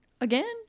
again